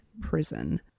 prison